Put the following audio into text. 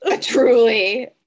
Truly